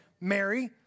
Mary